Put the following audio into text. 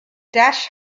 dash